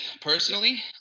personally